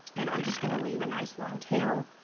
and i'm just gonna leave a nice long tail,